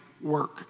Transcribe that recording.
work